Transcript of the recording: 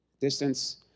Distance